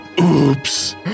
Oops